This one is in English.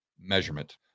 measurement